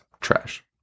Trash